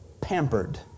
pampered